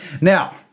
Now